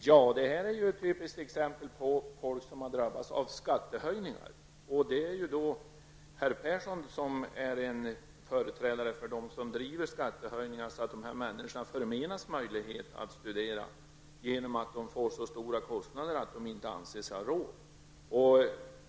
Herr talman! Detta är ett typiskt exempel på folk som har drabbats av skattehöjningar. Herr Persson är ju en företrädare för dem som driver skattehöjningar så att dessa människor förmenas möjligheten att studera genom att de får så stora kostnader att de inte anser sig ha råd.